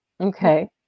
Okay